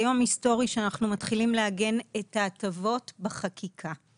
היסטורי שאנחנו מתחילים לעגן את ההטבות בחקיקה.